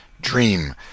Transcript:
dream